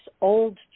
old